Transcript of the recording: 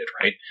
right